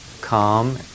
Calm